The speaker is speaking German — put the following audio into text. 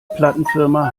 plattenfirma